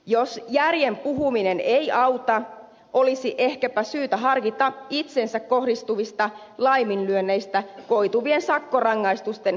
jos järjen puhuminen ei auta olisi ehkäpä syytä harkita itseensä kohdistuvista laiminlyönneistä koituvien sakkorangaistusten korvaamista